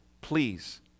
please